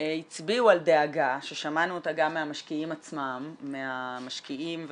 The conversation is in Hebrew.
הצביעו על דאגה ששמענו אותה גם מהמשקיעים עצמם מהמשקיעים,